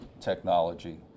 technology